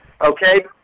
okay